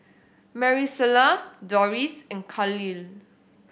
Maricela Dorris and Kahlil